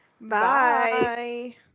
Bye